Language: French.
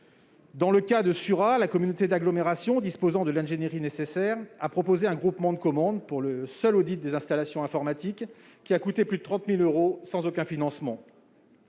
Dans le cas de Surat, la communauté d'agglomération, disposant de l'ingénierie nécessaire, a proposé un groupement de commandes pour le seul audit des installations informatiques, qui a coûté plus de 30 000 euros, sans aucun financement.